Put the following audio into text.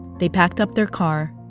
they packed up their car,